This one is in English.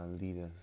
leaders